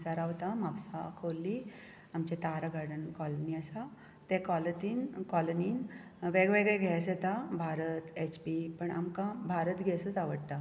हांव म्हापसा रावतां म्हापसा खोर्ली आमच्या तारा गार्डन कोलिनी आसा ते कोनितीन कोलिनीन वेगवेगळे गेस येतां भारत एच पी आनी आमकां भारत गेसच आवडटा